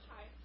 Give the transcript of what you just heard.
Hi